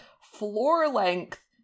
floor-length